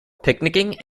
picnicking